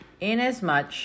inasmuch